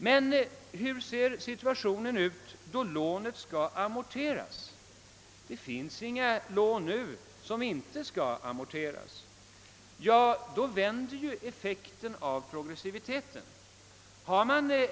Men hurdan blir situationen då lånen skall amorteras? Det finns nu inga lån som inte skall amorteras. Då vänder ju effekten av progressiviteten.